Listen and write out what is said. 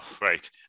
right